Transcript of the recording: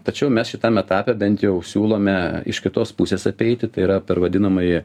tačiau mes šitam etape bent jau siūlome iš kitos pusės apeiti tai yra per vadinamąjį